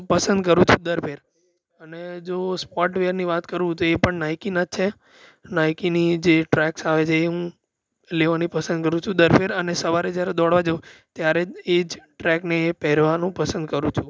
પસંદ કરું છું દરફેર અને જો સ્પોટ વેરની કરું તો એ પણ નાઇકીના જ છે નાઇકીની જે ટ્રેક્સ આવે છે એ હું લેવાની પસંદ કરું છુ દરફેર અને સવારે જ્યારે દોડવા જઉં ત્યારે એ જ ટ્રેકને એ પહેરવાનું પસંદ કરું છું